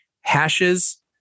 Hashes